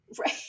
Right